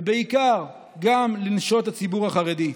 ובעיקר גם לנשות הציבור החרדי.